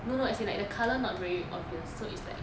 no no as in like the colour not very obvious so it's like